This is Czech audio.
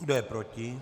Kdo je proti?